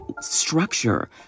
structure